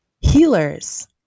healers